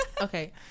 Okay